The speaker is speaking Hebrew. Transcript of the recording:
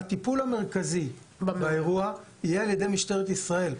הטיפול המרכזי באירוע יהיה על ידי משטרת ישראל.